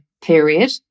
period